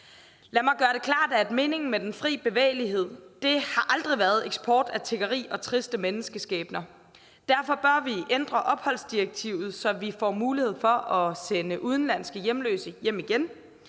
Lad mig gøre det klart, at meningen med den fri bevægelighed aldrig har været eksport af tiggeri og triste menneskeskæbner. Derfor bør vi ændre opholdsdirektivet, så vi får mulighed for at sende udenlandske hjemløse hjem igen.